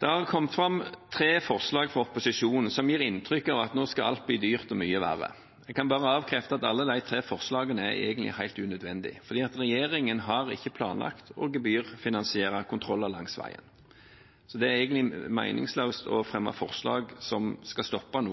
Det har kommet tre forslag fra opposisjonen, som gir inntrykk av at nå skal alt bli dyrt og mye verre. Jeg kan bare avkrefte det. Alle de tre forslagene er egentlig helt unødvendige, for regjeringen har ikke planlagt å gebyrfinansiere kontroller langs veien. Det er meningsløst å fremme forslag som skal stoppe